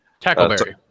Tackleberry